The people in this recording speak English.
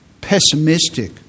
pessimistic